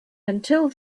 until